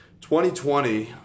2020